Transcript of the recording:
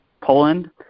Poland